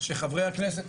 שחברי הכנסת,